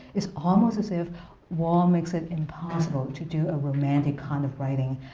it's almost as if war makes it impossible to do a romantic kind of writing.